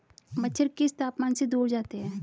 मच्छर किस तापमान से दूर जाते हैं?